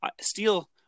steel